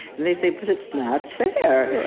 and they say, but it's not fair.